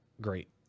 Great